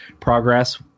progress